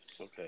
Okay